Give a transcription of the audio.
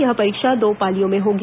यह परीक्षा दो पालियों में होगी